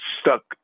stuck